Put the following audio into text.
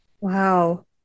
Wow